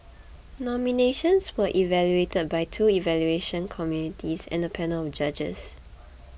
nominations were evaluated by two evaluation committees and a panel of judges